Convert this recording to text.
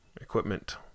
equipment